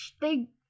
they-